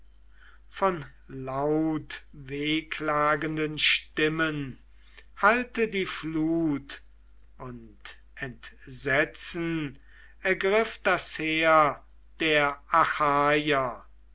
von lautwehklagenden stimmen hallte die flut und entsetzen ergriff das heer der